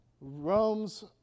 Rome's